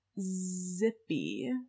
zippy